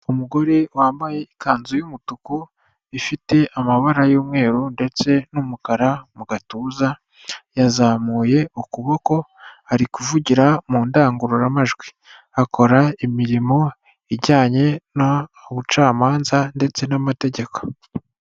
Umugore wambaye ikanzu y'umutuku ifite amabara y'umweru ndetse n'umukara mu gatuza, yazamuye ukuboko ari kuvugira mu ndangururamajwi, akora imirimo ijyanye n'ubucamanza ndetse n'amategeko.